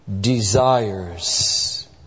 Desires